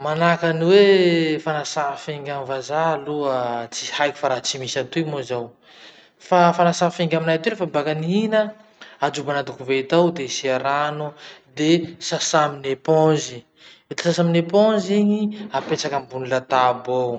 Manahaky any hoe fanasà finga amy vazaha aloha tsy haiko fa raha tsy misy atoy moa zao. Fa fanasà finga atoy lafa baka nihina, ajobo anaty koveta ao de asia rano, de sasà amin'ny eponzy. Vita sasa aminn'y éponge iny, apetraky ambony latabo eo.